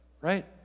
right